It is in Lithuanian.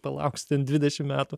palauks ten dvidešim metų